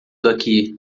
daqui